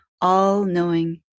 all-knowing